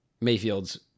Mayfield's